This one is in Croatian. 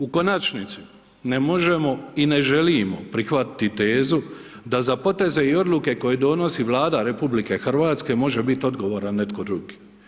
U konačnici, ne možemo i ne želimo prihvatiti tezu da za poteze i odluke koje donosi Vlada RH, može bit odgovoran netko drugi.